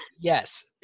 Yes